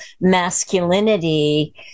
masculinity